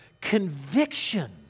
conviction